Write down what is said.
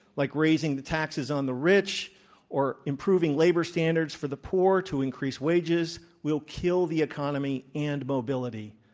like raising the taxes on the rich or improving labor standards for the poor, to increase wages will kill the economy and mobility.